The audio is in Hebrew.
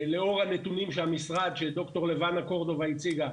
לאור הנתונים של המשרד שד"ר לבנה קורדובה הציגה,